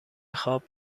خواب